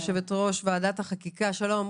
יושבת ראש ועדת החקיקה של הארגון,